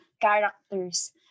characters